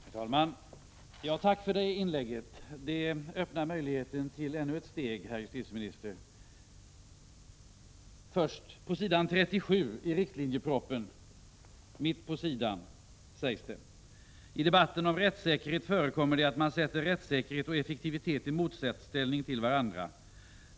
Herr talman! Jag tackar för det inlägget! Det öppnar möjligheten för ännu ett steg, herr justitieminister. Först: På s. 37 i riktlinjepropositionen sägs det: ”I debatten om rättssäkerhet förekommer det att man sätter rättssäkerhet och effektivitet i motsatsställning till varandra.